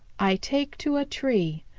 i take to a tree.